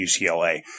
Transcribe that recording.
UCLA